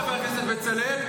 חבר הכנסת בצלאל,